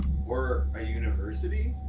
or a university?